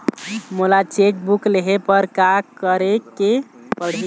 मोला cheque book लेहे बर का केरेक पढ़ही?